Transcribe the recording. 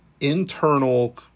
internal